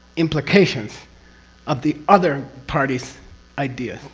implications of the other party's ideas.